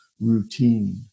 routine